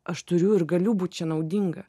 aš turiu ir galiu būt čia naudinga